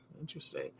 Interesting